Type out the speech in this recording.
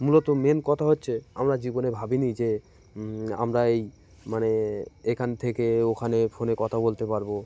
মূলত মেন কথা হচ্ছে আমরা জীবনে ভাবিনি যে আমরা এই মানে এখান থেকে ওখানে ফোনে কথা বলতে পারবো